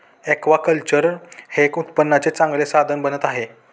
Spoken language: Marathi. ऍक्वाकल्चर हे उत्पन्नाचे चांगले साधन बनत आहे